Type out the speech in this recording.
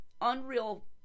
unreal